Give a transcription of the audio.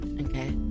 Okay